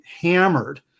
hammered